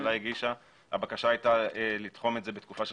שהממשלה הגישה הבקשה הייתה לתחום את זה בתקופה של